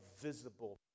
visible